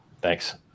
thanks